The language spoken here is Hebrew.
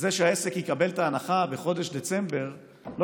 זה שהעסק יקבל את ההנחה בחודש דצמבר לא